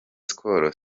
skol